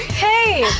hey.